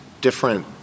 different